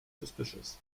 suspicious